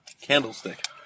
candlestick